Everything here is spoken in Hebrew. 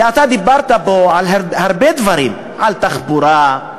ואתה דיברת פה על הרבה דברים: על תחבורה,